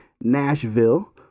Nashville